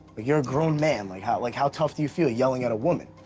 you're a grown man, like how like how tough do you feel, yelling at a woman?